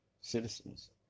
citizens